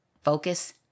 focus